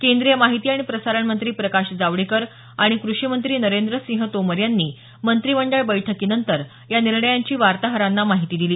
केंद्रीय माहिती आणि प्रसारण मंत्री प्रकाश जावडेकर आणि कृषीमंत्री नरेंद्र सिंह तोमर यांनी मंत्रीमंडळ बैठकीनंतर या निर्णयांची वार्ताहरांना माहिती दिली